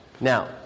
Now